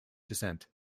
descent